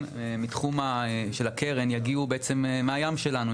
מהתחום של הקרן בעצם יגיעו מהים שלנו,